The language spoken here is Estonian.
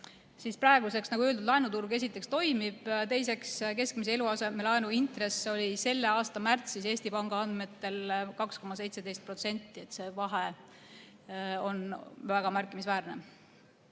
Praeguseks, nagu öeldud, laenuturg esiteks toimib, teiseks, keskmise eluasemelaenu intress oli selle aasta märtsis Eesti Panga andmetel 2,17%. See vahe on väga märkimisväärne.